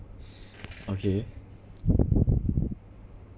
okay